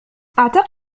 أعتقد